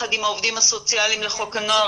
יחד עם העובדים הסוציאליים לחוק הנוער,